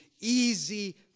Easy